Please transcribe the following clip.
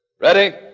Ready